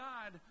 God